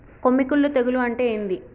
కొమ్మి కుల్లు తెగులు అంటే ఏంది?